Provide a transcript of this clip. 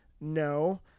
No